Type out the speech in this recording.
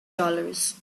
dollars